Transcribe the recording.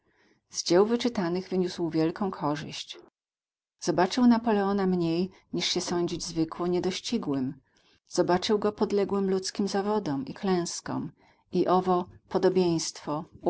z dzieł wyczytanych wyniósł wielką korzyść zobaczył napoleona mniej niż się sądzić zwykło niedościgłym zobaczył go podległym ludzkim zawodom i klęskom i owo podobieństwo ów